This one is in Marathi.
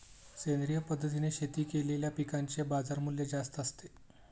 सेंद्रिय पद्धतीने शेती केलेल्या पिकांचे बाजारमूल्य जास्त असते